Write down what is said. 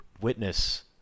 witness